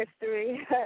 history